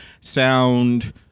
sound